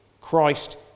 Christ